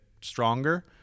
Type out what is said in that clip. stronger